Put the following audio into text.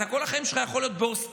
אתה כל החיים שלך יכול להיות באוסטרליה,